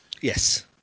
yes